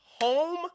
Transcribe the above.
home